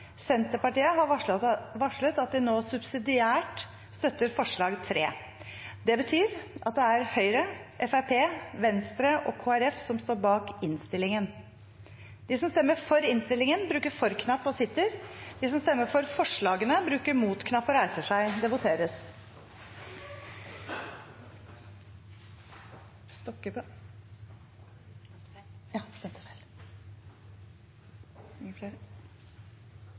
Senterpartiet har varslet at de nå subsidiært støtter forslag nr. 3. Det betyr at det er Høyre, Fremskrittspartiet, Venstre og Kristelig Folkeparti som står bak innstillingen. Det voteres